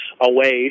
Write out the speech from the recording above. away